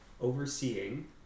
overseeing